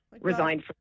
resigned